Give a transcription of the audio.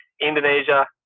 Indonesia